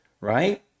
right